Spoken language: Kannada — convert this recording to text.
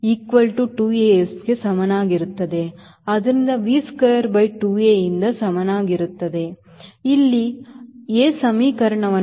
ಆದ್ದರಿಂದ V square by 2a ಯಿಂದ ಸಮನಾಗಿರುತ್ತದೆ ಇಲ್ಲಿ a ಸಮೀಕರಣವನ್ನು ಬಳಸುವ ಸರಾಸರಿ ವೇಗವರ್ಧನೆ